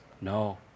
No